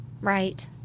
right